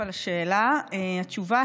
הנושא של השאילתה הדחופה